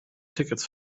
tickets